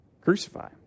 Crucify